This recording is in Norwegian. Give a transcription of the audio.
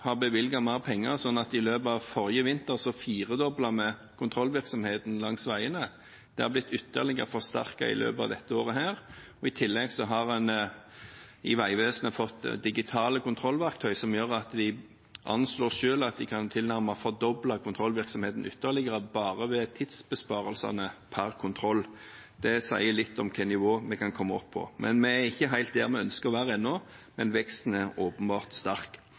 har bevilget mer penger, slik at i løpet av forrige vinter firedoblet vi kontrollvirksomheten langs veiene. Det har blitt ytterligere forsterket i løpet av dette året, og i tillegg har en i Vegvesenet fått digitale kontrollverktøy som gjør at de anslår selv at de kan tilnærmet fordoble kontrollvirksomheten bare ved tidsbesparelsene per kontroll. Det sier litt om hvilket nivå vi kan komme opp på. Vi er ikke helt der vi ønsker å være ennå, men veksten er åpenbart sterk.